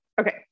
Okay